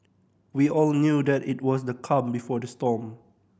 we all knew that it was the calm before the storm